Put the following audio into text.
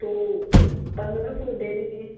तो पंद्रह सौ दे दीजिए